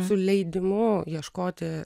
su leidimu ieškoti